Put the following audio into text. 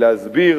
להסביר